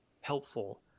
helpful